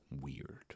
weird